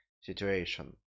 situation